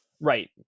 right